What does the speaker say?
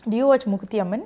do you watch mookuthiyamman